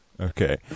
Okay